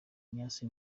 ignace